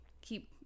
keep